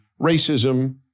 racism